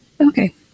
Okay